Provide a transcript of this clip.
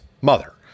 mother